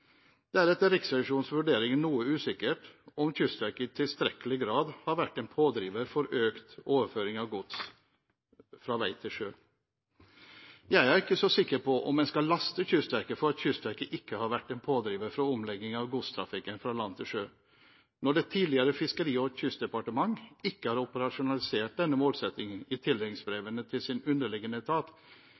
Det er etter Riksrevisjonens vurdering noe usikkert om Kystverket i tilstrekkelig grad har vært en pådriver for økt overføring av gods fra vei til sjø. Jeg er ikke så sikker på om en skal laste Kystverket for at det ikke har vært en pådriver for omlegging av godstrafikken fra land til sjø. Når det tidligere Fiskeri- og kystdepartementet ikke har operasjonalisert denne målsettingen i tildelingsbrevene til sin underliggende etat,